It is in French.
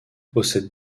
possède